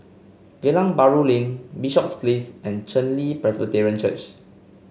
Geylang Bahru Lane Bishops Place and Chen Li Presbyterian Church